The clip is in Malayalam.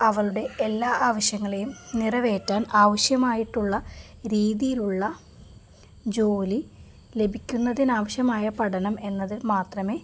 അവളുടെ എല്ലാ ആവശ്യങ്ങളെയും നിറവേറ്റാൻ ആവശ്യമായിട്ടുള്ള രീതിയിലുള്ള ജോലി ലഭിക്കുന്നതിനാവശ്യമായ പഠനമെന്നത് മാത്രമേ